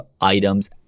items